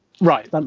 right